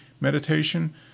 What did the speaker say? meditation